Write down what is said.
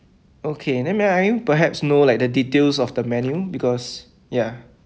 okay then may I perhaps know like the details of the menu because ya